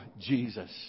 Jesus